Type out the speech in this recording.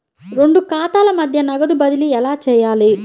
రెండు ఖాతాల మధ్య నగదు బదిలీ ఎలా చేయాలి?